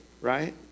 right